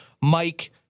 Mike